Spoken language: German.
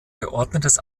geordnetes